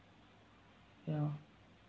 you know